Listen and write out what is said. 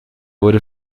wurde